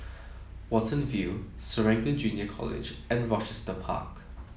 Watten View Serangoon Junior College and Rochester Park